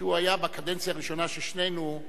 כשהוא היה בקדנציה הראשונה של שנינו.